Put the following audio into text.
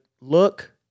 look